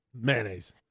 Mayonnaise